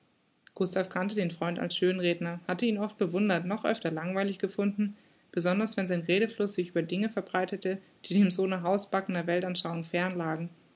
gustav kannte den freund als schönredner hatte ihn oft bewundert noch öfter langweilig gefunden besonders wenn sein redefluß sich über dinge verbreitete die dem sohne hausbackener weltanschauung fern lagen